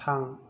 थां